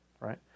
right